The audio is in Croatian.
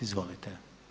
Izvolite.